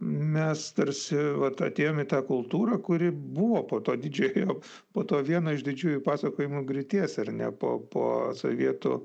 mes tarsi vat atėjom į tą kultūrą kuri buvo po to didžiojo po to viena iš didžiųjų pasakojimų griūties ar ne po po sovietų